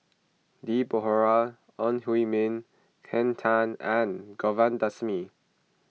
Deborah Ong Hui Min Henn Tan and Govindasamy